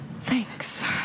Thanks